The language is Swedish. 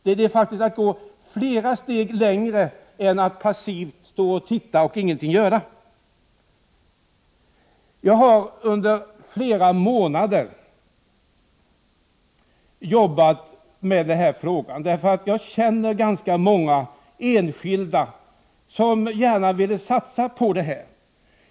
Det vore faktiskt att gå flera steg längre än att passivt stå och ingenting göra. Under flera månader har jag jobbat med den här frågan, därför att jag känner ganska många enskilda som gärna velat satsa på detta.